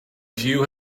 view